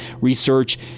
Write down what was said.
research